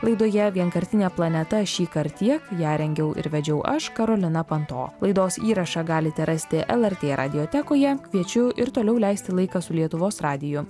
laidoje vienkartinė planeta šįkart tiek ją rengiau ir vedžiau aš karolina panto laidos įrašą galite rasti lrt radiotekoje kviečiu ir toliau leisti laiką su lietuvos radiju